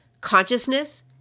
consciousness